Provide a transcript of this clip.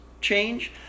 change